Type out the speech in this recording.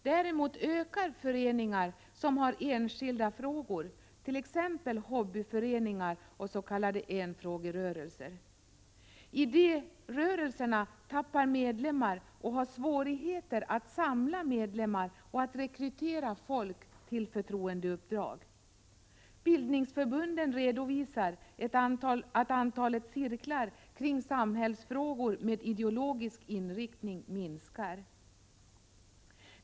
Däremot ökar intresset för föreningar som har enskilda frågor på programmet, t.ex. hobbyföreningar och s.k. enfrågerörelser. Idérörelserna tappar medlemmar och har svårigheter att samla medlemmarna och att rekrytera folk till förtroendeuppdrag. Bildningsförbunden redovisar att antalet cirklar kring samhällsfrågor med ideologisk inriktning minskar.